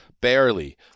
barely